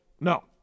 no